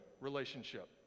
relationship